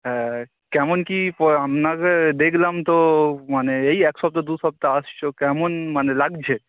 হ্যাঁ কেমন কী প আপনাকে দেখলাম তো মানে এই এক সপ্তাহ দু সপ্তাহ আসছ কেমন মানে লাগছে